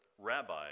rabbi